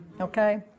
okay